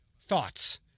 Thoughts